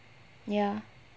ya